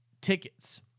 tickets